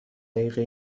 دقیقه